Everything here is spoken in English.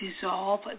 dissolve